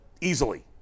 Easily